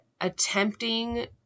attempting